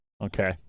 Okay